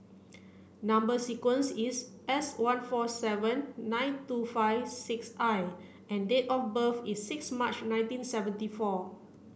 number sequence is S one four seven nine two five six I and date of birth is six March nineteen seventy four